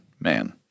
man